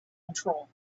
control